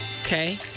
Okay